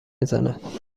میزند